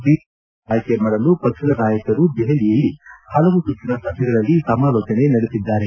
BJP ಅಭ್ಯರ್ಥಿಗಳನ್ನು ಆಯ್ಕೆ ಮಾಡಲು ಪಕ್ಷದ ನಾಯಕರು ದೆಪಲಿಯಲ್ಲಿ ಪಲವು ಸುತ್ತಿನ ಸಭೆಗಳಲ್ಲಿ ಸಮಾಲೋಜನೆ ನಡೆಸಿದ್ದಾರೆ